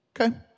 okay